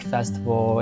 Festival